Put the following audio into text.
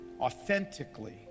authentically